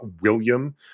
William